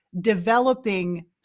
developing